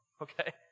okay